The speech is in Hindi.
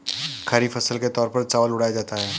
खरीफ फसल के तौर पर चावल उड़ाया जाता है